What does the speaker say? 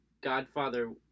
Godfather